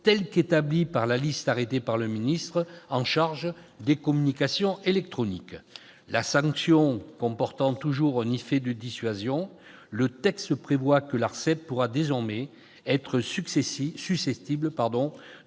tel qu'établie par la liste arrêtée par le ministre chargé des communications électroniques. La sanction comportant toujours un effet de dissuasion, le texte prévoit que l'ARCEP pourra désormais être susceptible